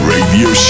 Radio